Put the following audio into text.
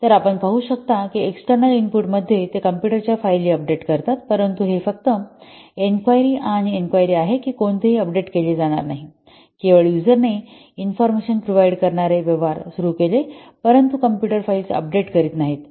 तर आपण पाहू शकता की एक्सटर्नल इनपुटस मध्ये ते कॉम्पुटरच्या फायली अपडेट करतात परंतु हे फक्त इन्क्वायरी आणि इन्क्वायरी आहे की कोणतेही अपडेट केले जाणार नाही केवळ यूजरने इन्फॉर्मेशन प्रदान करणारे व्यवहार सुरू केले परंतु कॉम्प्युटर फाइल्स अपडेट करीत नाहीत